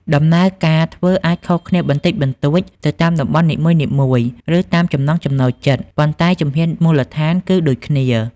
ដំណើរការធ្វើអាចខុសគ្នាបន្តិចបន្តួចទៅតាមតំបន់នីមួយៗ ឬតាមចំណង់ចំណូលចិត្ត ប៉ុន្តែជំហានមូលដ្ឋានគឺដូចគ្នា ។